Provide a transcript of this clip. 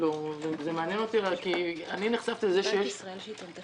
זה מעניין אותי כי אני נחשפתי לזה שיש קרוב